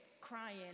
crying